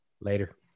Later